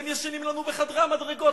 הם ישנים לנו בחדרי המדרגות,